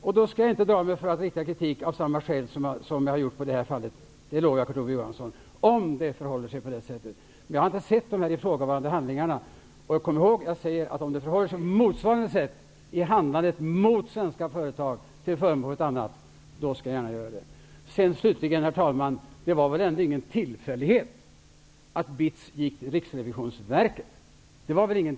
Jag drar mig inte för att rikta kritik av samma skäl som jag har gjort i det här fallet, det lovar jag Kurt Ove Johansson, om det verkligen förhåller sig så. Jag har inte sett ifrågavarande handlingar. Kom i håg att jag säger att handlandet skall ha skett på motsvarande sätt, mot vissa svenska företag till förmån för ett annat. Slutligen, herr talman: det var väl ingen tillfällighet att BITS gick till Riksrevisionsverket?